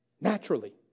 naturally